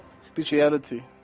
spirituality